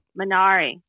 Minari